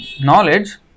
knowledge